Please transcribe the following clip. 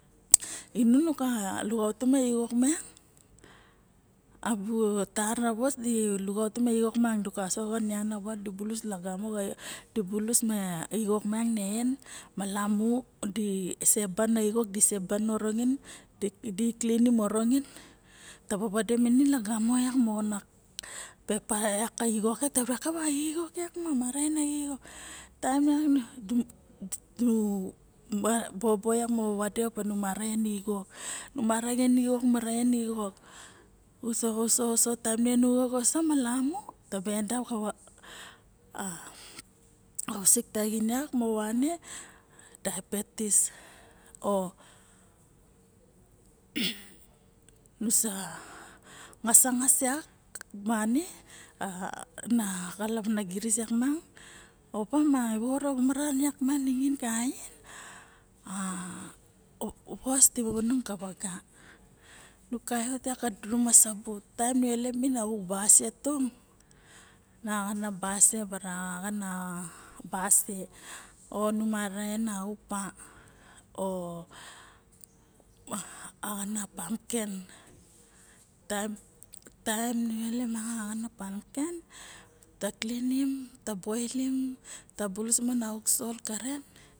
I nang nu ka lukautim a xixok miang tara vos di lukautim a xixok da kasoxo mongana kain kalep d bulus lagamo xa peper yak ka xixok ma diraba mara en taim nu bobo ma nu ma ra en a xixok uso uso taim taimm bu en xak mamamu tada endap ka ausik taxin movane daibetis o nusa ngasangas yak movane dia giris miang opang ma vovoro maran ningin kaxien a vos di momongong kavaga nu kavot ka dudu xuma saba taem nu ilep min auk basie tung na axan a basie o nu mara en a axan a pamken taem nuelep axana pamken ta klinim ta sangot kasope ta bulus a xoro sol malamu ta ilep nusa en yak